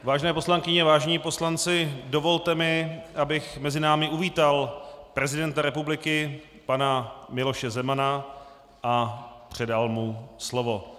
Vážené poslankyně, vážení poslanci, dovolte mi, abych mezi námi uvítal prezidenta republiky pana Miloše Zemana a předal mu slovo.